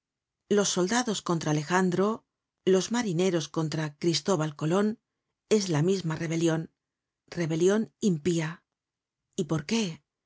los soldados contra alejandro los marineros contra cristóbal colon es la misma rebelion rebelion impía y por qué